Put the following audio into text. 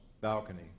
balcony